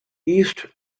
east